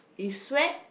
you sweat